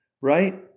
right